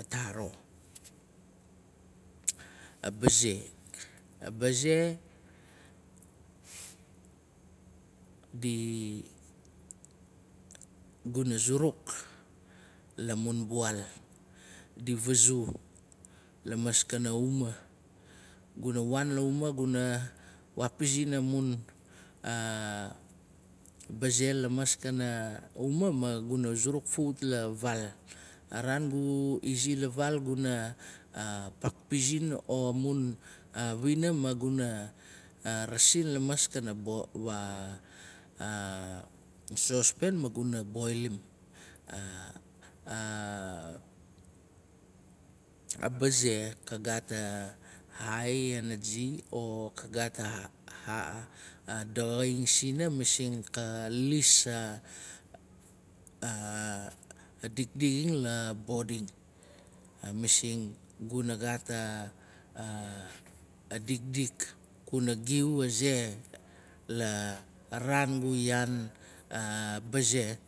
ataro a baze. A baze di guna zuruk la mun bual. Di vazu lamaskana uma. Guna waan ia uma maguna wapizin lamaskana uma ma guna zuruk fawat la vaal. A raan gu izi la vaal paak pizin amun wina maguna rasin lamaskana sospen maguna boilim. A baze ka gat a ai enegi o ka gat a daxaing sina masing ka lis a dikdixing la bodi. Masing guna gat a dikdik guna giu aze. la raan gu yaan a baze.